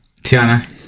tiana